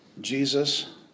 Jesus